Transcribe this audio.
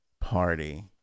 party